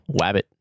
Wabbit